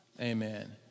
Amen